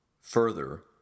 Further